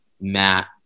Matt